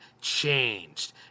changed